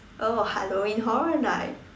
oh Halloween Horror Night